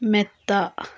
മെത്ത